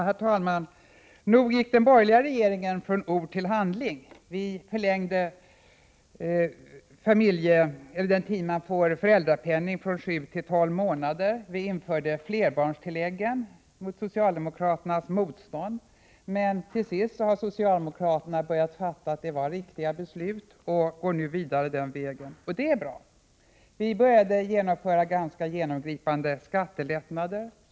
Herr talman! Nog gick den borgerliga regeringen från ord till handling. Vi förlängde den tid, under vilken föräldrapenning utgår, från sju till tolv månader, och vi införde flerbarnstilläggen mot socialdemokraternas motstånd. Till sist har socialdemokraterna emellertid börjat fatta att detta var riktiga beslut och går nu vidare den vägen. Det är bra. Vi började införa ganska genomgripande skattelättnader.